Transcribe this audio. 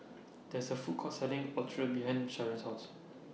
There IS A Food Court Selling Ochazuke behind Sharyn's House